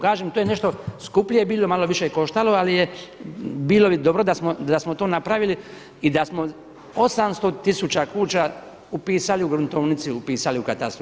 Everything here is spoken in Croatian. Kažem to je nešto skuplje bilo, malo više koštalo ali je bilo bi dobro da smo to napravili i da smo 800 tisuća kuna upisali u gruntovnici, upisali u katastru.